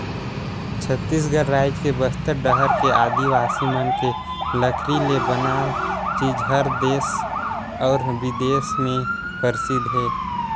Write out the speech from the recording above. छत्तीसगढ़ रायज के बस्तर डहर के आदिवासी मन के लकरी ले बनाल चीज हर देस अउ बिदेस में परसिद्ध हे